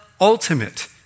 ultimate